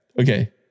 Okay